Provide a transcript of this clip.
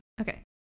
okay